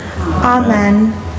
Amen